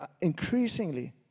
increasingly